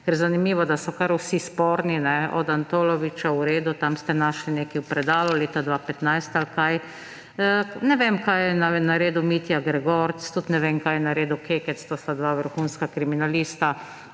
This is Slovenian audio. Zanimivo, da so kar vsi sporni, od Antoloviča, v redu, tam ste našli nekaj v predalu leta 2015 ali kaj. Ne vem, kaj je naredil Mitja Gregorc, tudi ne vem, kaj je naredil Kekec. To sta dva vrhunska kriminalista,